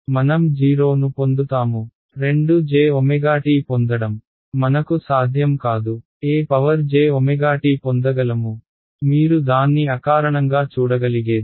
మనం 0 ను పొందుతాము 2jt పొందడం మనకు సాధ్యం కాదు ejt పొందగలము మీరు దాన్ని అకారణంగా చూడగలిగేది